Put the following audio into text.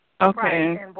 Okay